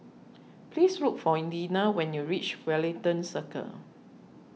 please look for Dina when you reach Wellington Circle